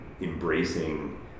embracing